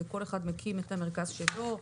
זה רשאי לקבוע ויקבע.